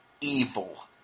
evil